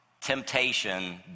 Temptation